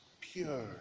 pure